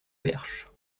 perche